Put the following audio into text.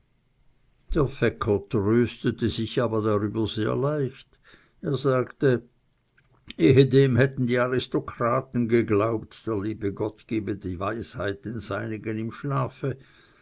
sich aber darüber sehr leicht er sagte ehedem hätten die aristokraten geglaubt der liebe gott gebe die weisheit den seinigen im schlafe